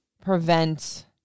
prevent